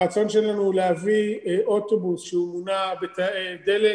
הרצון שלנו הוא להביא אוטובוס שמונע בתאי דלק,